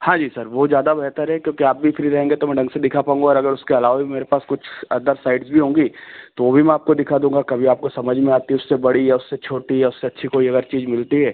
हाँ जी सर वह ज़्यादा बेहतर है क्योंकि आप भी फ्री रहेंगे तो मैं ढंग से दिखा पाऊँगा और अगर उसके अलावा भी मेरे पास कुछ अदर साइट्स भी होंगी तो वह भी मैं आपको दिखा दूँगा कभी आपको समझ में आती हों उससे बड़ी या उससे छोटी या उससे अच्छी कोई अगर चीज़ मिलती है